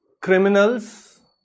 criminals